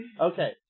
Okay